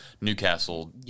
Newcastle